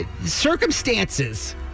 circumstances